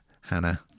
hannah